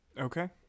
Okay